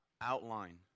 outline